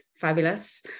fabulous